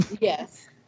Yes